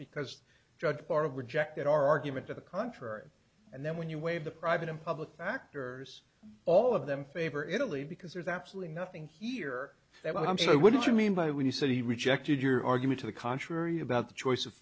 because judge bar of rejected our argument to the contrary and then when you weigh the private and public factors all of them favor italy because there's absolutely nothing here that i'm so what did you mean by when you said he rejected your argument to the contrary about the choice of